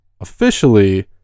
officially